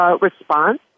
response